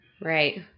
Right